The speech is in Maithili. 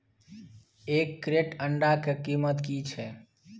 एक क्रेट अंडा के कीमत की छै?